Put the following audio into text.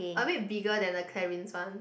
a bit bigger than the Clarins one